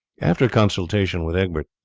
after consultation with egbert,